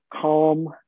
calm